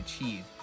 achieve